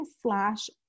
slash